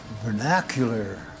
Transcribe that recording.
vernacular